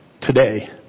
today